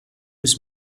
his